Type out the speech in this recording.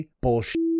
bullshit